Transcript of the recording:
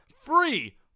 free